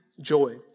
Joy